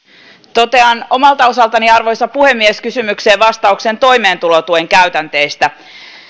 totean omalta osaltani arvoisa puhemies vastauksen kysymykseen toimeentulotuen käytänteistä